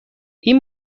این